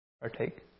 Partake